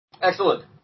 Excellent